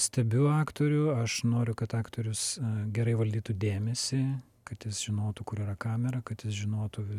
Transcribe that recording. stebiu aktorių aš noriu kad aktorius gerai valdytų dėmesį kad jis žinotų kur yra kamera kad jis žinotų